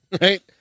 Right